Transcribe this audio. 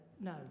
no